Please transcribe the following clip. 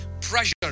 Pressure